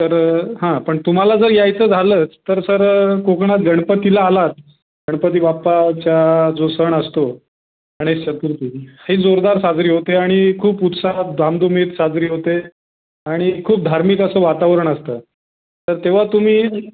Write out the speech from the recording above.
तर हां पण तुम्हाला जर यायचं झालंच तर सर कोकणात गणपतीला आलात गणपती बाप्पाचा जो सण असतो गणेश चतुर्थी ही जोरदार साजरी होते आणि खूप उत्साहात धामधुमीत साजरी होते आणि खूप धार्मिक असं वातावरण असतं तर तेव्हा तुम्ही